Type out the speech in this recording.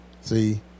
See